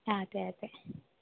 ആ അതെയതെ